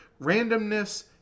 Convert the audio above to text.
randomness